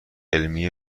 علمی